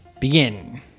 Begin